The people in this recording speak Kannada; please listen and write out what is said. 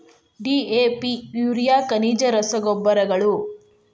ಡಿ.ಎ.ಪಿ ಯೂರಿಯಾ ಖನಿಜ ರಸಗೊಬ್ಬರಗಳು